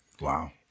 Wow